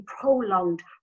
prolonged